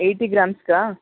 eighty ಗ್ರಾಮ್ಸ್ಗಾ